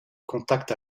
contacte